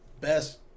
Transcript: best